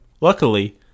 Luckily